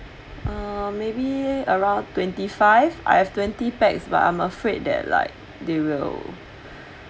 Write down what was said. uh maybe around twenty five I have twenty pax but I'm afraid that like they will